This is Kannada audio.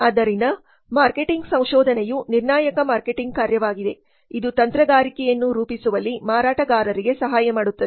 ಆದ್ದರಿಂದ ಮಾರ್ಕೆಟಿಂಗ್ ಸಂಶೋಧನೆಯು ನಿರ್ಣಾಯಕ ಮಾರ್ಕೆಟಿಂಗ್ ಕಾರ್ಯವಾಗಿದೆ ಇದು ತಂತ್ರಗಾರಿಕೆಯನ್ನು ರೂಪಿಸುವಲ್ಲಿ ಮಾರಾಟಗಾರರಿಗೆ ಸಹಾಯ ಮಾಡುತ್ತದೆ